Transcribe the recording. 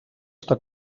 està